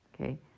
Okay